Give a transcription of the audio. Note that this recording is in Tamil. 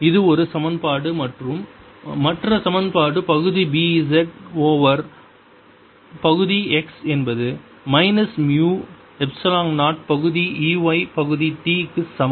இது ஒரு சமன்பாடு மற்றும் மற்ற சமன்பாடு பகுதி B z ஓவர் பகுதி x என்பது மைனஸ் மு எப்சிலோன் 0 பகுதி E y பகுதி t க்கு சமம்